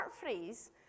phrase